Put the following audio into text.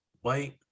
white